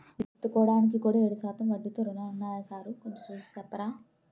విత్తుకోడానికి కూడా ఏడు శాతం వడ్డీతో రుణాలున్నాయా సారూ కొంచె చూసి సెప్పరా